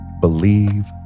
believe